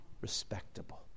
respectable